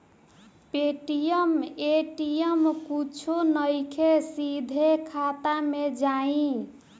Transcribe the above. Paytm ATM कुछो नइखे, सीधे खाता मे जाई